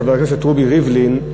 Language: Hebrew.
חבר הכנסת רובי ריבלין,